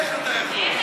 איך אתה יכול?